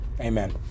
Amen